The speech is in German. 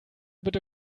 bitte